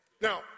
Now